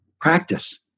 Practice